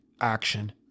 action